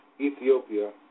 Ethiopia